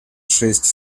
шесть